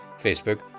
Facebook